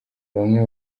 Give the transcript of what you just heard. bamwe